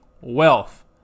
wealth